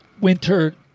winter